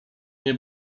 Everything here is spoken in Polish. nie